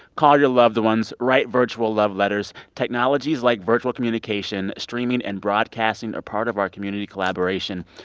call your loved ones. write virtual love letters. technologies like virtual communication, streaming and broadcasting are part of our community collaboration.